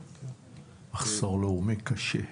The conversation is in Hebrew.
מחסור לאומי קשה.